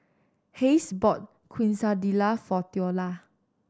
Hays bought Quesadilla for Theola